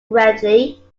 greatly